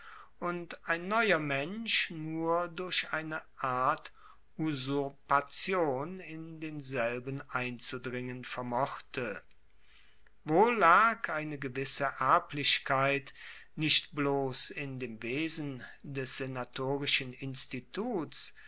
und ein neuer mensch nur durch eine art usurpation in denselben einzudringen vermochte wohl lag eine gewisse erblichkeit nicht bloss in dem wesen des senatorischen instituts